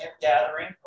gathering